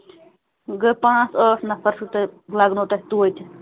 گٔے پانٛژھ ٲٹھ نَفَر چھو تۄہہِ لَگنو تۄہہِ توتہِ